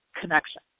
connection